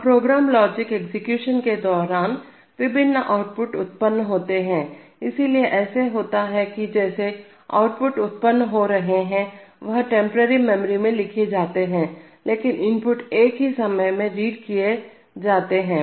अब program logic execution के दौरान विभिन्न आउटपुट उत्पन्न होते हैं इसीलिए ऐसा होता है कि जैसे आउटपुट उत्पन्न हो रहे हैं वह टेंपरेरी मेमोरी में लिखे जाते हैं लेकिन इनपुट एक ही समय में रीड किए जाते हैं